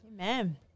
Amen